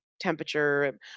temperature